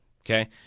Okay